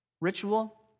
Ritual